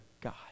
God